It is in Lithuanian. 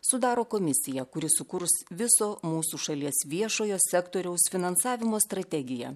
sudaro komisiją kuri sukurs viso mūsų šalies viešojo sektoriaus finansavimo strategiją